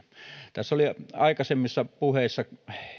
tässä oli aikaisemmissa puheissa